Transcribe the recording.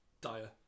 dire